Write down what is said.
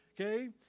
okay